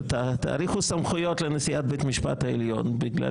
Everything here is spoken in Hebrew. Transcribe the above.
תאריכו סמכויות לנשיאת בית-המשפט העליון בגלל